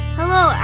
Hello